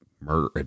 murder